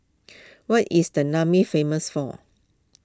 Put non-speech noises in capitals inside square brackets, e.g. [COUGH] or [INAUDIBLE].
[NOISE] what is the Niamey famous for